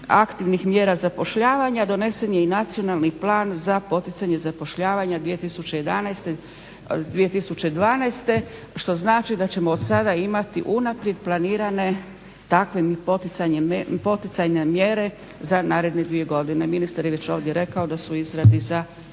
aktivnih mjera zapošljavanja, donesen je i Nacionalni plan za poticanje zapošljavanja 2011., 2012. što znači da ćemo odsada imati unaprijed planirane takve poticajne mjere za naredne dvije godine. Ministar je već ovdje rekao da su u izradi za iduće dvije